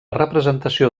representació